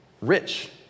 rich